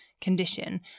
condition